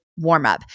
warmup